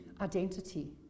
identity